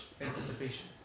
anticipation